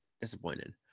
disappointed